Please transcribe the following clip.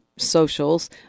socials